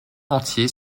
entier